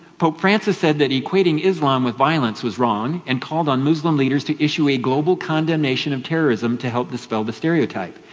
pope francis said that equating islam with violence was wrong and called on muslim leaders to issue a global condemnation of terrorism to help dispel the stereotype.